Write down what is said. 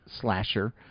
slasher